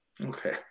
Okay